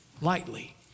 lightly